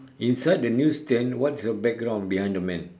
inside the news stand what's the background behind the man